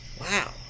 wow